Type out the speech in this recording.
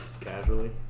Casually